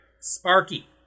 Sparky